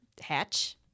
hatch